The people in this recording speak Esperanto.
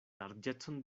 larĝecon